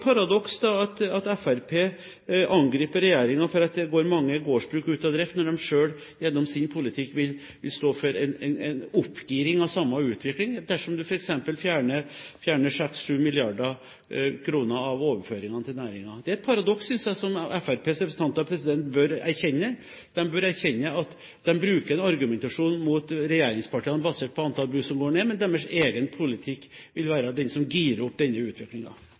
at Fremskrittspartiet angriper regjeringen for at det går mange gårdsbruk ut av drift, når de selv gjennom sin politikk vil stå for en oppgiring av samme utvikling dersom man f.eks. fjerner 6–7 mrd. kr av overføringene til næringen. Det er et paradoks, synes jeg, som Fremskrittspartiets representanter bør erkjenne. De bør erkjenne at de bruker en argumentasjon mot regjeringspartiene basert på antall bruk som går ned, men deres egen politikk vil være den som girer opp denne